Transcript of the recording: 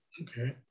Okay